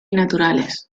naturales